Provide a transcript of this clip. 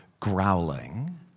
growling